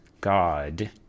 God